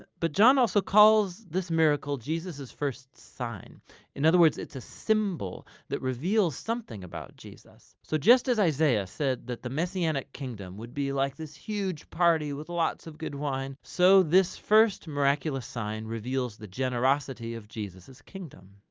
but but john also calls this miracle jesus' first sign in other words it's a symbol that reveals something about jesus. so just as isaiah said that the messianic kingdom would be like this huge party with lots of good wine, so this first miraculous sign reveals the generosity of jesus's kingdom.